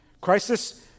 Crisis